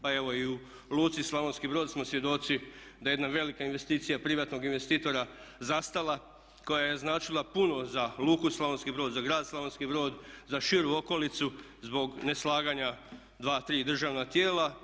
Pa evo i u luci Slavonski Brod smo svjedoci da je jedna velika investicija privatnog investitora zastala koja je značila puno za luku Slavonski Brod, za grad Slavonski Brod, za širu okolicu zbog neslaganja dva, tri državna tijela.